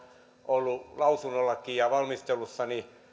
ollut lausunnollakin ja valmistelussa